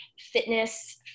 fitness